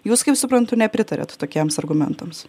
jūs kaip suprantu nepritariat tokiems argumentams